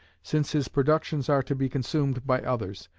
since his productions are to be consumed by others,